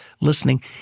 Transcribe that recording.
listening